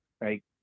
right